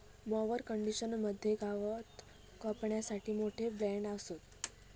mower conditioner मध्ये गवत कापण्यासाठी मोठे ब्लेड असतत